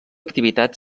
activitat